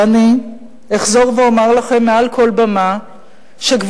ואני אחזור ואומר לכם מעל כל במה שגבורתכם